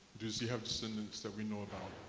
does he have descendants that we know about?